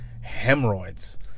hemorrhoids